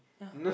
yeah